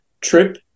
trip